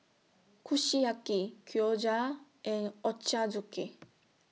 Kushiyaki Gyoza and Ochazuke